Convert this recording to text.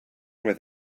with